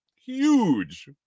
Huge